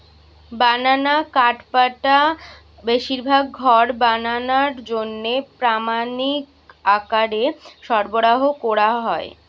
বানানা কাঠপাটা বেশিরভাগ ঘর বানানার জন্যে প্রামাণিক আকারে সরবরাহ কোরা হয়